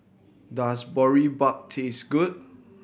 does Boribap taste good